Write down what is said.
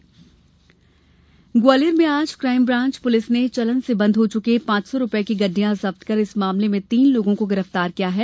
note जब्त ग्वालियर में आज क्राइम ब्रांच पुलिस ने चलन से बंद हो चुके पांच सौ रुपये की गड्डिया जब्त कर इस मामले में तीन लोगों को गिरफ्तार किया है